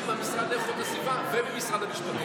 מהמשרד לאיכות הסביבה ובמשרד המשפטים.